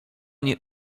nie